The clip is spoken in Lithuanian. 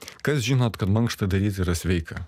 kas žinot kad mankštą daryt yra sveika